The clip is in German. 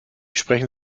sprechen